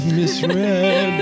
misread